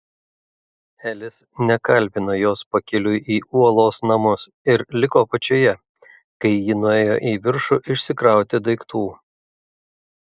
elis nekalbino jos pakeliui į uolos namus ir liko apačioje kai ji nuėjo į viršų išsikrauti daiktų